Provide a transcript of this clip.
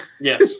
Yes